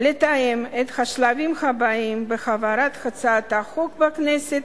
לתאם את השלבים הבאים בהעברת הצעת החוק בכנסת